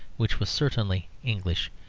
which was certainly english.